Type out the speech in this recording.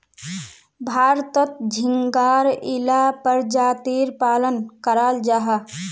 भारतोत झिंगार इला परजातीर पालन कराल जाहा